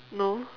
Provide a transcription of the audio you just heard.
no